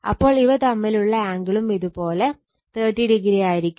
അപ്പോൾ ഇവ തമ്മിലുള്ള ആംഗിളും ഇതുപോലെ 30o ആയിരിക്കും